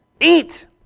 eat